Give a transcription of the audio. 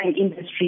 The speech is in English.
industry